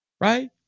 Right